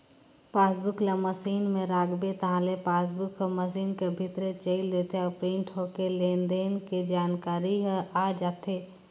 passbook ल machine में राखबे ताहले पासबुक हर मसीन कर भीतरे चइल देथे अउ प्रिंट होके लेन देन के जानकारी ह आ जाथे